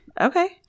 Okay